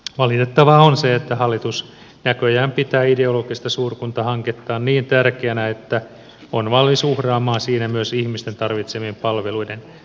valitettavaa on se että hallitus näköjään pitää ideologista suurkuntahankettaan niin tärkeänä että on valmis uhraamaan siinä myös ihmisten tarvitsemien palveluiden toimivuuden